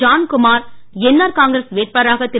Johnkumar NR Congress வேட்பாளராக திரு